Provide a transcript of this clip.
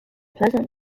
pleasant